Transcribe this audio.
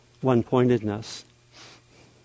one-pointedness